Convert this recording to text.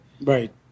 Right